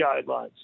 guidelines